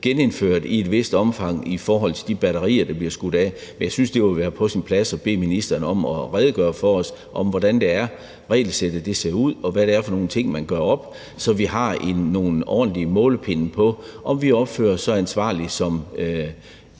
genindført i et vist omfang i forhold til de batterier, der bliver skudt af, men jeg synes, det må være på sin plads at bede ministeren om at redegøre for os, hvordan det er, regelsættet ser ud, og hvad det er for nogle ting, man gør op, så vi har nogle ordentlige målestokke, i forhold til om vi opfører os så ansvarligt, som